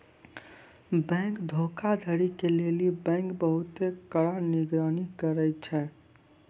bank धोखाधड़ी के लेली बैंक बहुते कड़ा निगरानी करै छै